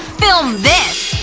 film this!